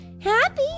happy